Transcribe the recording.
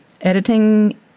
editing